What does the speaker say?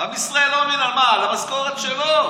עם ישראל לא, המשכורת שלו,